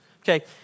Okay